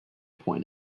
point